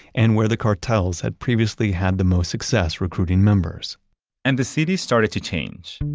and where the cartels had previously had the most success recruiting members and the city started to change.